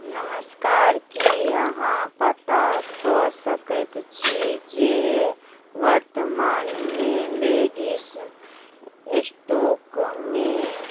नमस्कार की अहाँ पता कऽ सकैत छी जे वर्तमानमे लेगिस स्टोकमे